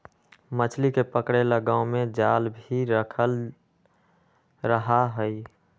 मछली के पकड़े ला गांव में जाल भी रखल रहा हई